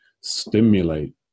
stimulate